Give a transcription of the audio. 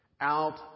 out